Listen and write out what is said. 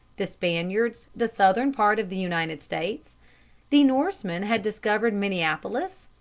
the spaniards the southern part of the united states the norsemen had discovered minneapolis,